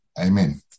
Amen